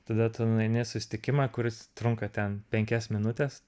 tada tu nueini į susitikimą kuris trunka ten penkias minutes